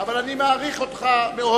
אבל אני מעריך אותך מאוד.